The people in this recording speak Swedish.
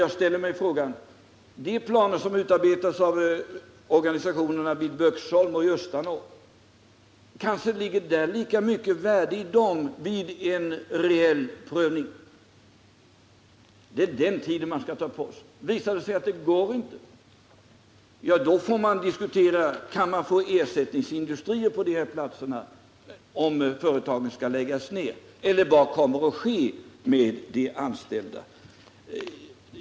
Jag ställer frågan: Ligger det kanske lika mycket värde i de planer som utarbetas av organisationerna vid Böksholm och i Östanå vid en reell prövning? Man skall ta erforderlig tid på sig för en sådan prövning. Visar det sig sedan att det inte går, får man diskutera frågan: Kan man få ersättningsindustrier på de här platserna, om företagen måste läggas ner, eller vad kommer då att ske med de anställda?